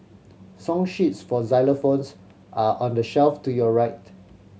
song sheets for xylophones are on the shelf to your right